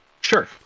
Sure